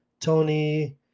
tony